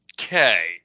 Okay